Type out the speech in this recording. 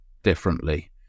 differently